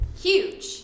huge